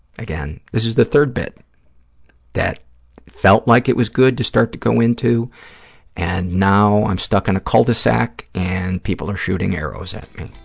again, this is the third bit that felt like it was good to start to go into and now i'm stuck in a cul-de-sac and people are shooting arrows at me